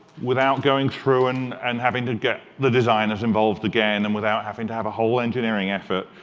without going through and and having to get the designers involved again, and without having to have a whole engineering effort.